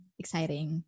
exciting